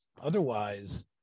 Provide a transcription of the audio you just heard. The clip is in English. Otherwise